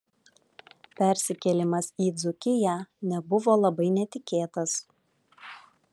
persikėlimas į dzūkiją nebuvo labai netikėtas